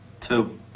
Two